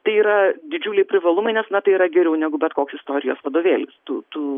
tai yra didžiuliai privalumai nes na tai yra geriau negu bet koks istorijos vadovėlis tu tu